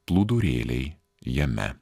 plūdurėliai jame